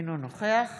אינו נוכח